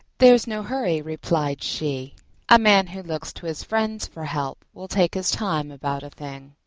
there's no hurry, replied she a man who looks to his friends for help will take his time about a thing.